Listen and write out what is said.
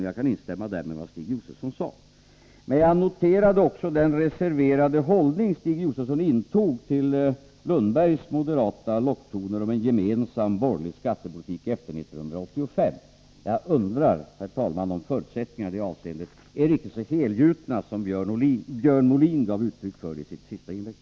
Jag kan på denna punkt instämma i vad Stig Josefson sade. Men jag noterar också den reserverade hållning Josefson intog till Lundgrens moderata locktoner om en gemensam borgerlig skattepolitik efter 1985. Jag undrar, herr talman, om förutsättningarna i det avseendet är riktigt så helgjutna som Björn Molin gav uttryck för i sitt senaste inlägg.